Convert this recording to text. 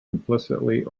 implicitly